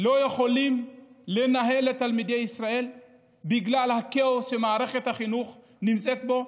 לא יכולים לנהל את תלמידי ישראל בגלל הכאוס שמערכת החינוך נמצאת בו,